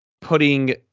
putting